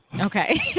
Okay